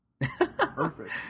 Perfect